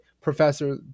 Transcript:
Professor